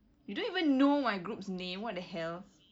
you don't even know my group's name what the hell